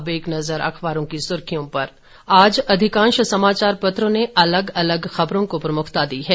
अब एक नजर अखबारों की सुर्खियों पर आज अधिकांश समाचार पत्रों ने अलग अलग खबरों को प्रमुखता दी है